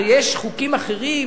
הרי יש חוקים אחרים